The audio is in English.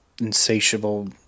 insatiable